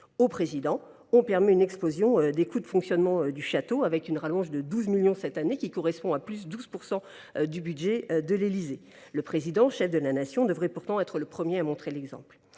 République, on permet une explosion des coûts de fonctionnement du « Château », avec une rallonge de 12 millions d’euros cette année, qui correspond à une augmentation de 12 % du budget de l’Élysée. Le Président, chef de la Nation, devrait pourtant être le premier à montrer l’exemple